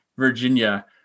Virginia